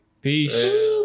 Peace